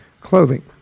clothing